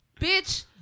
bitch